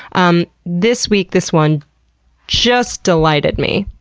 um this week, this one just delighted me.